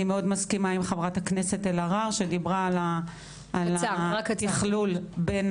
מאוד מסכימה עם חברת הכנסת אלהרר שדיברה על התכלול בין